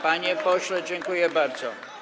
Panie pośle, dziękuję bardzo.